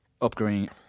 upgrading